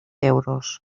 euros